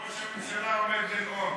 ראש הממשלה עומד לנאום,